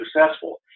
successful